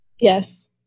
Yes